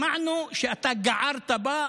שמענו שאתה גערת בה,